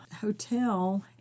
Hotel